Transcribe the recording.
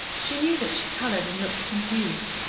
she knew that she coloured and looked confused.